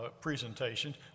presentations